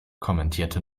kommentiert